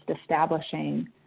establishing